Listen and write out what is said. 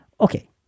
Okay